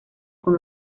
con